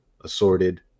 assorted